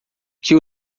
que